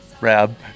RAB